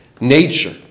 nature